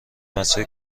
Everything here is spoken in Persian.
مسیر